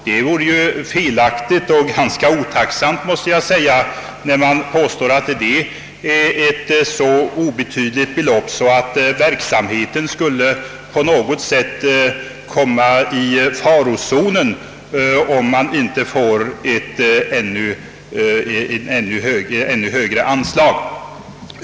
Det är både felaktigt och otacksamt att påstå att det är ett så obetydligt belopp att verksamheten skulle komma i farozonen om inte ett ännu högre anslag beviljas.